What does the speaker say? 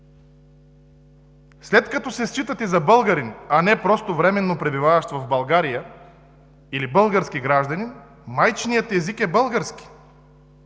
„След като се считате за българин, а не просто временно пребиваващ в България или български гражданин, майчиният език е български.